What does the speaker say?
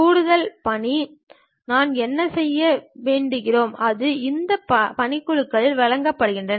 கூடுதல் பணி நாம் என்ன செய்ய விரும்புகிறோம் அது இந்த பணிக்குழுவில் வழங்கப்படும்